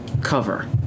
cover